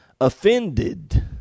offended